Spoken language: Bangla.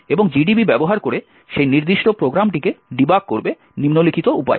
এবং GDB ব্যবহার করে সেই নির্দিষ্ট প্রোগ্রামটিকে ডিবাগ করবে নিম্নলিখিত উপায়ে